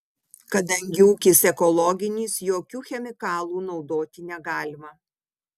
kadangi ūkis ekologinis jokių chemikalų naudoti negalima